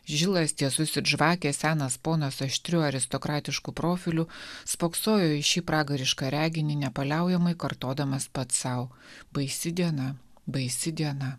žilas tiesus it žvakė senas ponas aštriu aristokratišku profiliu spoksojo į šį pragarišką reginį nepaliaujamai kartodamas pats sau baisi diena baisi diena